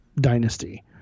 Dynasty